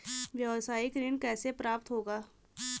व्यावसायिक ऋण कैसे प्राप्त होगा?